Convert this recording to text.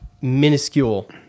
minuscule